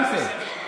גם זה.